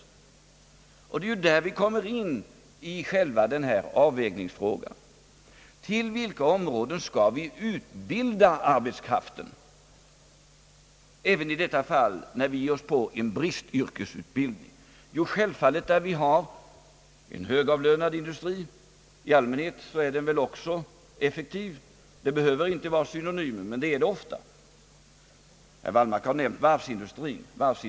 Det är där vi kommer in på själva avvägningsfrågan: Till vilka områden skall vi utbilda arbetskraften även i de fall när vi ger oss på en bristyrkesutbildning? Självfallet där vi har en högavlönad industri. I allmänhet är den väl också effektiv. Det behöver inte vara synonymer men de är det ofta. Herr Wallmark har nämnt varvsindustrien.